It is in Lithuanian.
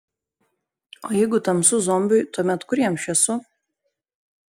o jeigu tamsu zombiui tuomet kur jam šviesu